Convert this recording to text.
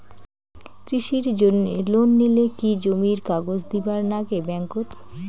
কৃষির জন্যে লোন নিলে কি জমির কাগজ দিবার নাগে ব্যাংক ওত?